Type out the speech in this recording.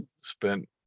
spent